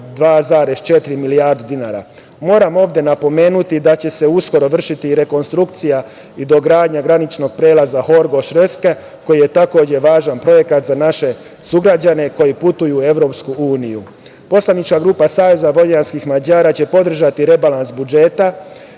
2,4 milijarde dinara. Moram ovde napomenuti da će se uskoro vršiti i rekonstrukcija i dogradnja graničnog prelaza Horgoš-Reske, koji je takođe važan projekat za naše sugrađane koji putuju u Evropsku uniju. Poslanička grupa SVM će podržati rebalans budžeta